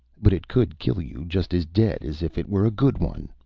but it could kill you just as dead as if it were a good one.